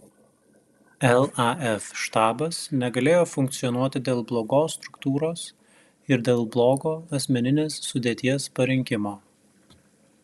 laf štabas negalėjo funkcionuoti dėl blogos struktūros ir dėl blogo asmeninės sudėties parinkimo